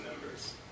members